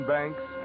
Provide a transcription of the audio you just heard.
Banks